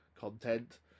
content